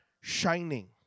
shining